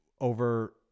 over